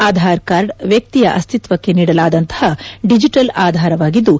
Aadhaar card ವ್ವಕ್ಷಿಯ ಅಸ್ತಿತ್ತಕ್ಷೆ ನೀಡಲಾದಂತಹ ಡಿಜಿಟಲ್ ಆಧಾರವಾಗಿದ್ದು